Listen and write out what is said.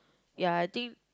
ya I think